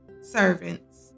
servants